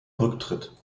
rücktritt